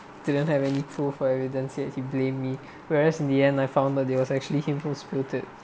didn't have any proof or evidence yet he blame me whereas in the end I found that it was actually him who spilt it